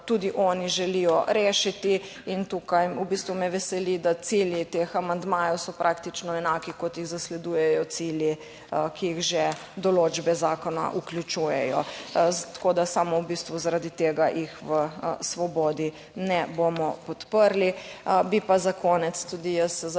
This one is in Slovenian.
tudi oni želijo rešiti in tukaj v bistvu me veseli, da cilji teh amandmajev so praktično enaki kot jih zasledujejo cilji, ki jih že določbe zakona vključujejo. Tako da samo v bistvu, zaradi tega jih v Svobodi ne bomo podprli. Bi pa za konec tudi jaz se zahvalila,